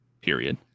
period